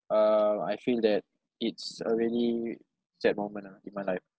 um I feel that it's a really sad moment ah in my life